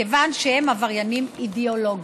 כיוון שהם עבריינים אידיאולוגיים.